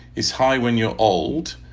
is high when you're old.